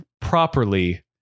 properly